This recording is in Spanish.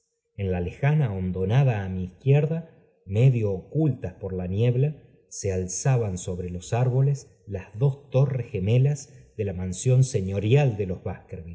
en la lejana hondonada á qj izquierda medio ocultas por la niebla se alzaban sobre los árboles las dos y torres gemelas de la mansión señorial de los